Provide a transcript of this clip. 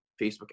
Facebook